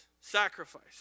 Sacrifice